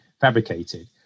fabricated